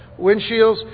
windshields